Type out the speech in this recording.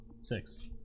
Six